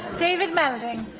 david melding